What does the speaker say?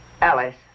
Alice